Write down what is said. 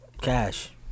Cash